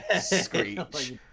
screech